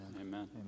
Amen